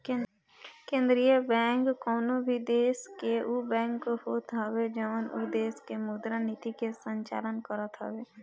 केंद्रीय बैंक कवनो भी देस के उ बैंक होत हवे जवन उ देस के मुद्रा नीति के संचालन करत हवे